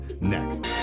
next